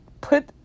put